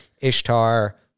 Ishtar